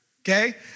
okay